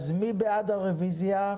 אז מי בעד הרוויזיה?